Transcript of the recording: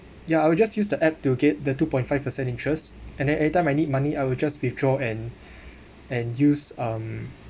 ya I will just use the app to get the two point five percent interest and then every time I need money I will just withdraw and and use um